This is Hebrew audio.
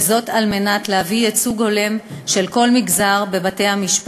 וזאת על מנת להביא לייצוג הולם של כל מגזר בבתי-המשפט,